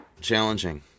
Challenging